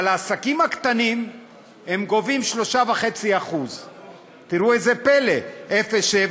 אבל מעסקים קטנים הן גובות 3.5%. תראו איזה פלא: 0.7,